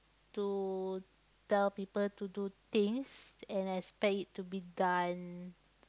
to tell people to do things and I expect it to be done